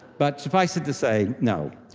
but suffice it to say, no.